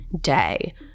day